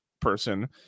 person